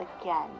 again